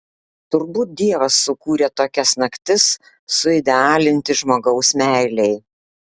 turbūt dievas sukūrė tokias naktis suidealinti žmogaus meilei